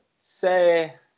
say